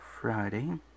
Friday